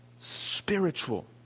spiritual